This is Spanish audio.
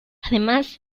además